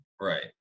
right